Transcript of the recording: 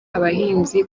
abahinzi